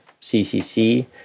CCC